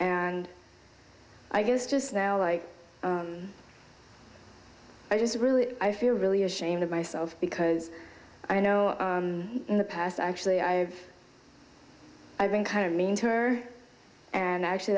and i guess just now like i just really i feel really ashamed of myself because i know in the past actually i've i've been kind of mean to her and actually